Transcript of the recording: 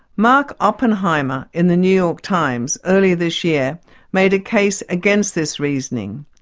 mark oppenheimer in the new york times earlier this year made a case against this reasoning.